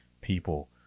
people